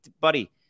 buddy